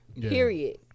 period